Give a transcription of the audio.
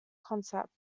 concept